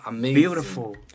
beautiful